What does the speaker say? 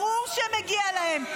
ברור שמגיעות להם.